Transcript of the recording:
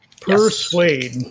Persuade